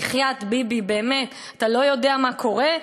בחייאת, ביבי, באמת, אתה לא יודע מה קורה?